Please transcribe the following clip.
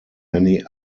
many